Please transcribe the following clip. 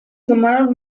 sumaron